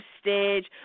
stage